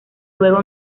luego